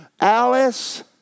Alice